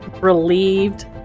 relieved